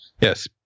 Yes